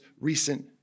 recent